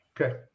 Okay